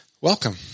welcome